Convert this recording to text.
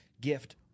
gift